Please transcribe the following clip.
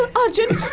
arjun!